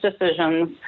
decisions